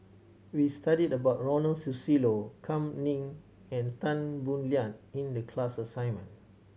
we studied about Ronald Susilo Kam Ning and Tan Boo Liat in the class assignment